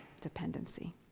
dependency